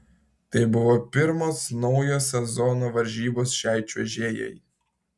tai buvo pirmos naujo sezono varžybos šiai čiuožėjai